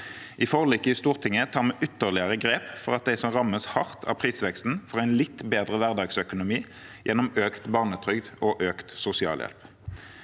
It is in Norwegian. I forliket i Stortinget tar vi ytterligere grep for at de som rammes hardt av prisveksten, får en litt bedre hverdagsøkonomi gjennom økt barnetrygd og økt sosialhjelp.